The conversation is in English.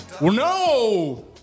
No